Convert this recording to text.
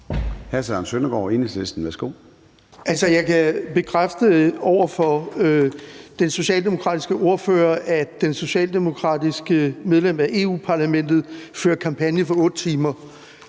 Jeg kan bekræfte over for den socialdemokratiske ordfører, at det socialdemokratiske medlem af Europa-Parlamentet fører kampagne for dyretransport